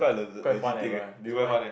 quite fun eh brother do you mind